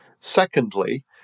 Secondly